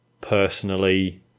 personally